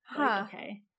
okay